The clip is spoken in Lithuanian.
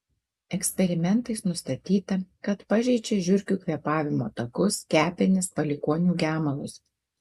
eksperimentais nustatyta kad pažeidžia žiurkių kvėpavimo takus kepenis palikuonių gemalus